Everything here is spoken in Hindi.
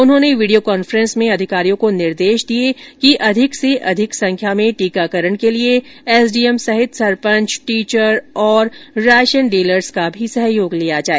उन्होंने वीडियो कॉन्फ्रेंस में अधिकारियों को निर्देश दिए कि अधिक से अधिक संख्या में टीकाकरण के लिए एसडीएम सहित सरपंच टीचर और राशन डीलर्स का भी सहयोग लिया जाए